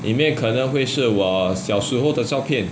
里面可能会是我小时候的照片